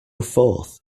forth